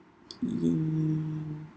mm